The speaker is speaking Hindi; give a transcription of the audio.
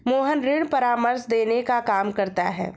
मोहन ऋण परामर्श देने का काम करता है